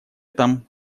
там